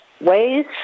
ways